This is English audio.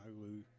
hulu